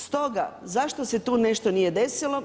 Stoga zašto se tu nešto nije desilo?